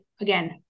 again